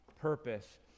purpose